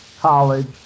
college